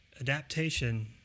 Adaptation